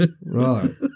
Right